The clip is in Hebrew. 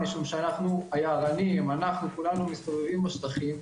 משום שאנחנו הייערנים אנחנו כולנו מסתובבים בשטחים,